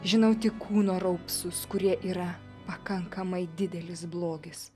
žinau tik kūno raupsus kurie yra pakankamai didelis blogis